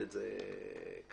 גם